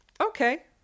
Okay